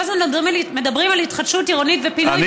כל הזמן מדברים על התחדשות עירונית ופינוי-בינוי,